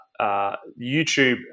YouTube